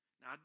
Now